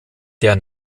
der